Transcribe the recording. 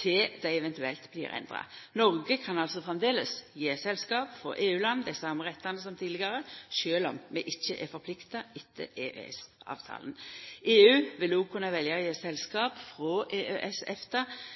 til dei eventuelt blir endra. Noreg kan altså framleis gje selskap frå EU-land dei same rettane som tidlegare, sjølv om vi ikkje er forplikta etter EØS-avtalen. EU vil òg kunna velja å gje selskap frå EØS-